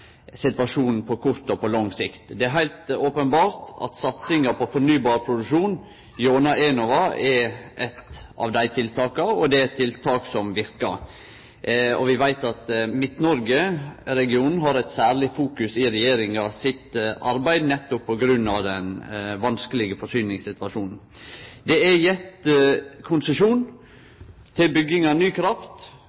situasjonen på kort og på lang sikt. Det er heilt openbert at satsinga på fornybar produksjon gjennom Enova er eitt av dei tiltaka, og det tiltaket verkar. Vi veit at regionen Midt-Noreg står særleg i fokus for regjeringa sitt arbeid nettopp på grunn av den vanskelege forsyningssituasjonen. Det er gitt konsesjon